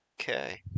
Okay